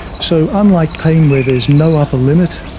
so unlike pain where there is no upper limit,